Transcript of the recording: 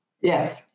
Yes